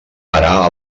parar